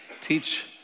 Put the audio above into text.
teach